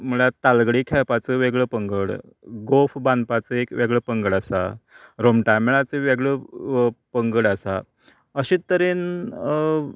म्हणल्यार तालगडी खेळपाचो वेगळो पंगड गोफ बांदपाचो एक वेगळो पंगड आसा रोमटा मेळाचो वेगळो पंगड आसा अशें तरेन